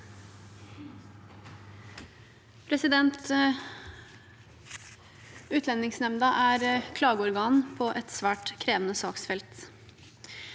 Utlendingsnemn- da er klageorgan på et svært krevende saksfelt.